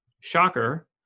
shocker